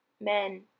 men